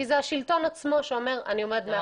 כי זה השלטון עצמו שאומר שהוא עומד מאחורי זה.